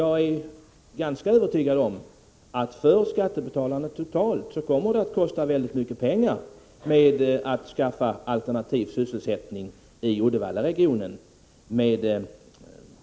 Jag är emellertid ganska övertygad om att det för skattebetalarna totalt kommer att kosta mycket pengar att skaffa alternativ sysselsättning i Uddevallaregionen.